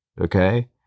okay